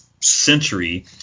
century